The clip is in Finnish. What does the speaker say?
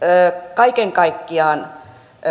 kaiken kaikkiaan